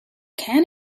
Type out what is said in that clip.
can